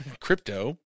Crypto